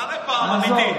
תענה פעם, אמיתי.